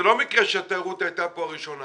זה לא מקרה שהתיירות הייתה כאן הראשונה